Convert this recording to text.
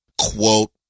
quote